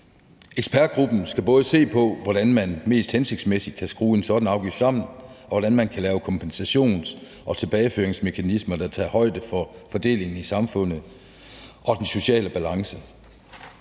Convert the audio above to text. Ekspertgruppen skal både se på, hvordan man mest hensigtsmæssigt kan skrue en sådan afgift sammen, og hvordan man kan lave kompensations- og tilbageføringsmekanismer, der tager højde for fordelingen i samfundet og den sociale balance.